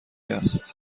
است